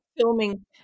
filming